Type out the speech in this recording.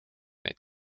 neid